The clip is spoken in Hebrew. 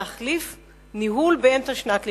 להחליף ניהול באמצע שנת לימודים.